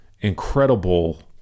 incredible